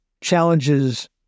challenges